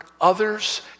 others